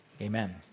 Amen